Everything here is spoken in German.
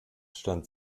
stand